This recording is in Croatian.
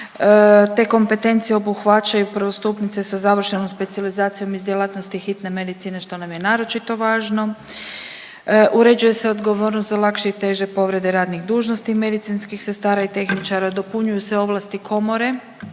Te kompetencije obuhvaćaju prvostupnice sa završenom specijalizacijom iz djelatnosti hitne medicine što nam je naročito važno, uređuje se odgovornost za lakše i teže povrede radnih dužnosti medicinskih sestara i tehničara, dopunjuju se ovlasti Komore